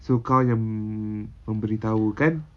so kau yang memberitahu kan